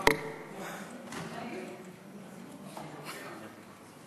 חבר הכנסת יעקב אשר.